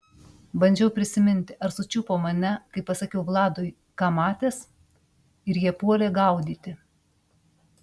bandžiau prisiminti ar sučiupo mane kai pasakiau vladui ką matęs ir jie puolė gaudyti